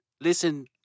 Listen